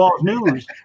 news